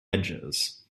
edges